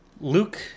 luke